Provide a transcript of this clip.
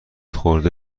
خورده